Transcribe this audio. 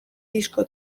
disko